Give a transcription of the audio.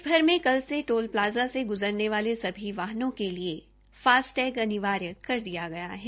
देशभर में कल से टोल प्लाजा से गजरने वाले सभी वाहनों के लिए फास्टेग अनिवार्य कर दिया है